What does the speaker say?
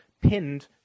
pinned